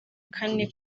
kane